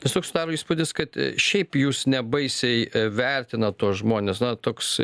tiesiog susidaro įspūdis kad šiaip jūs ne baisiai vertinat tuos žmones na toks